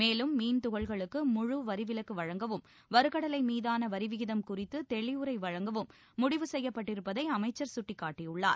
மேலும் மீன் தகள்களுக்கு முழு வரிவிலக்கு வழங்கவும் வறுகடலை மீதான வரிவிகிதம் குறித்து தெளிவுரை வழங்கவும் முடிவு செய்யப்பட்டிருப்பதை அமைச்சர் கட்டிக்காட்டியுள்ளார்